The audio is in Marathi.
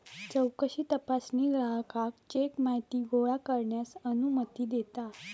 चौकशी तपासणी ग्राहकाक चेक माहिती गोळा करण्यास अनुमती देता